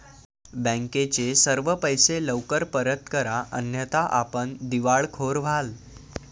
बँकेचे सर्व पैसे लवकर परत करा अन्यथा आपण दिवाळखोर व्हाल